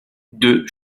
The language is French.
deux